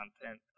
content